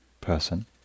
person